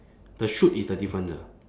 the shoot is the difference ah